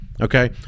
okay